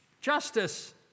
Justice